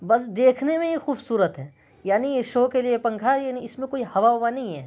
بس دیکھنے میں ہی خوبصورت ہے یعنی یہ شو کے لیے پنکھا ہے یعنی اس میں کوئی ہوا اوا نہیں ہے